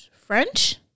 french